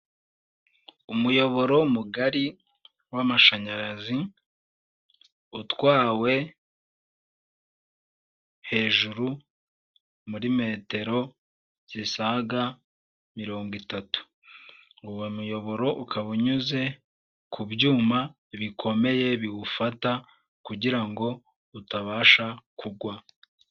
Umuyoboro mugari w'amashanyarazi utwawe hejuru muri metero zisaga mirongo itatu uwo muyoboro ukaba unyuze ku byuma bikomeye biwufata kugirango utabasha kugwa.